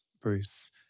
Bruce